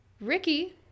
Ricky